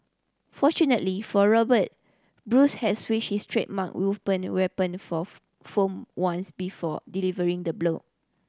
fortunately for Robert Bruce had switched his trademark weapon for foam ones before delivering the blow